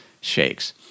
shakes